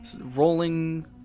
rolling